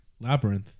labyrinth